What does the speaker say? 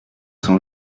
son